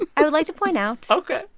i would like to point out. ok.